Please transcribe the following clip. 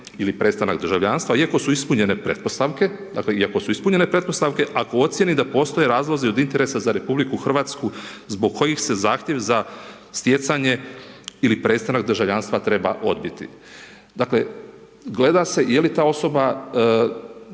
pretpostavke, dakle, iako su ispunjene pretpostavke, ako ocjeni da postoji razlozi od interesa za RH, zbog kojih se zahtjev za stjecanje ili prestanak državljanstva treba odbiti. Dakle, gleda se je li ta osoba,